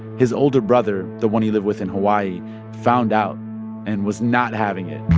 his older brother the one he lived with in hawaii found out and was not having it